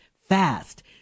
fast